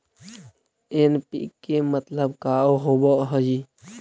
NPK मतलब का होव हइ?